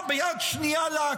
ביד שנייה לסתור,